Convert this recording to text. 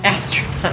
Astronaut